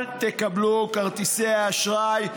אל תקבלו כרטיסי אשראי,